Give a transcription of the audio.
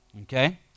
Okay